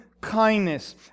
kindness